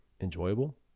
enjoyable